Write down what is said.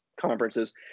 conferences